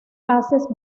haces